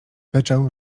beczał